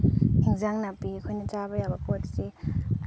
ꯑꯦꯟꯖꯥꯡ ꯅꯥꯄꯤ ꯑꯩꯈꯣꯏꯅ ꯆꯥꯕ ꯌꯥꯕ ꯄꯣꯠꯁꯤ